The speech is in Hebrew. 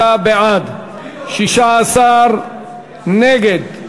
65 בעד, 16 נגד.